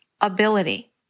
ability